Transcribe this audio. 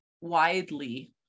widely